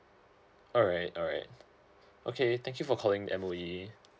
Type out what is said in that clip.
alright alright okay thank you for calling M_O_E